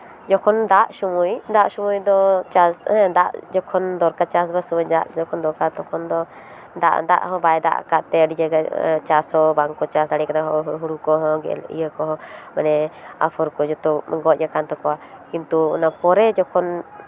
ᱡᱚᱠᱷᱚᱱ ᱫᱟᱜ ᱥᱚᱢᱚᱭ ᱫᱟᱜ ᱥᱚᱢᱚᱭ ᱫᱚ ᱪᱟᱥ ᱫᱟᱜ ᱡᱚᱠᱷᱚᱱ ᱫᱚᱨᱠᱟᱨ ᱪᱟᱥᱼᱵᱟᱥ ᱥᱚᱢᱚᱭ ᱫᱟᱜ ᱡᱚᱠᱷᱚᱱ ᱫᱚᱨᱠᱟᱨ ᱛᱚᱠᱷᱚᱱ ᱫᱚ ᱫᱟᱜ ᱫᱟᱜ ᱦᱚᱸ ᱵᱟᱭ ᱫᱟᱜ ᱠᱟᱜ ᱛᱮ ᱟᱹᱰᱤ ᱡᱟᱭᱜᱟ ᱪᱟᱥ ᱦᱚᱸ ᱵᱟᱝ ᱠᱚ ᱪᱟᱥ ᱫᱟᱲᱮ ᱠᱟᱫᱟ ᱦᱚᱲ ᱠᱚᱦᱚᱸ ᱦᱩᱲᱩ ᱠᱚᱦᱚᱸ ᱤᱭᱟᱹ ᱠᱚᱦᱚᱸ ᱢᱟᱱᱮ ᱟᱯᱷᱚᱨ ᱠᱚ ᱡᱚᱛᱚ ᱜᱚᱡ ᱟᱠᱟᱱ ᱛᱟᱠᱚᱣᱟ ᱠᱤᱱᱛᱩ ᱚᱱᱟ ᱯᱚᱨᱮ ᱡᱚᱠᱷᱚᱱ